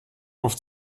oft